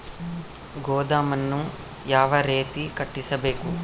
ಗೋದಾಮನ್ನು ಯಾವ ರೇತಿ ಕಟ್ಟಿಸಬೇಕು?